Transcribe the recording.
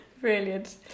Brilliant